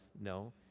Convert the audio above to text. no